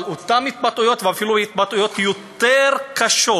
אבל אותן התבטאויות, ואפילו התבטאויות יותר קשות,